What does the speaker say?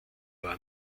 war